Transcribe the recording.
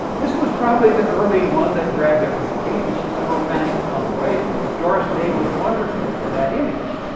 this was probably the early one that grabbed everybody and she's a romantic tomboy, and doris day was wonderful for that image.